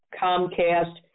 Comcast